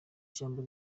jambo